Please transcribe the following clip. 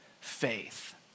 faith